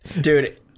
Dude